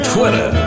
Twitter